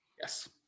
Yes